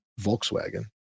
Volkswagen